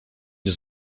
nie